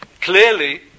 Clearly